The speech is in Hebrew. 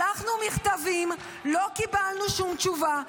שלחנו מכתבים, לא קיבלנו שום תשובה.